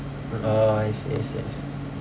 orh I see I see I see